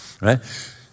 Right